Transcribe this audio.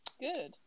Good